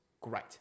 great